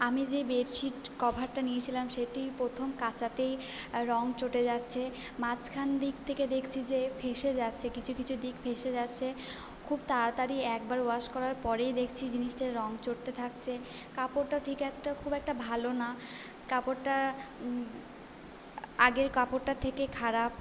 আমি যে bed sheet কভারটা নিয়েছিলাম সেটি প্রথম কাচাতেই রঙ চটে যাচ্ছে মাঝখান দিক থেকে দেখছি যে ফেঁসে যাচ্ছে কিছু কিছু দিক ফেঁসে যাচ্ছে খুব তাড়াতাড়ি একবার ওয়াশ করার পরেই দেখছি জিনিসটার রঙ চটতে থাকছে কাপড়টা ঠিক একটা খুব একটা ভালো না কাপড়টা আগের কাপড়টার থেকে খারাপ